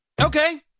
Okay